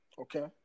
okay